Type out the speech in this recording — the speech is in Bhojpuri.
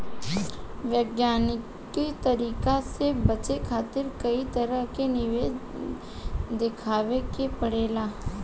वैज्ञानिक तरीका से बचे खातिर कई तरह के निवेश देखावे के पड़ेला